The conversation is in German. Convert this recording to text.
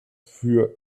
für